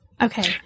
okay